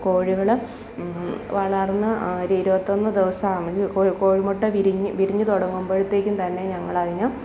കോഴികൾ വളര്ന്ന് അതിൽ നിന്ന് ഒരു ഇരുപത്തൊന്ന് ദിവസാകുമ്പോൾ കോ കോഴിമുട്ട വിരിഞ്ഞു വിരിഞ്ഞു തുടങ്ങുമ്പോഴത്തേക്കും തന്നെ ഞങ്ങളതിന്